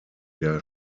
der